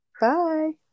Bye